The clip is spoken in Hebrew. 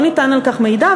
לא ניתן על כך מידע,